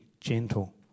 gentle